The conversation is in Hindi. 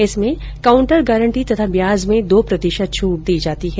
इसमें काउंटर गारंटी तथा ब्याज में दो प्रतिशत छूट दी जाती है